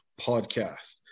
podcast